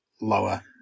lower